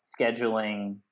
scheduling